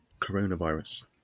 coronavirus